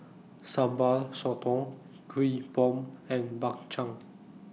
Sambal Sotong Kuih Bom and Bak Chang